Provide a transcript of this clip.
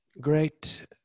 Great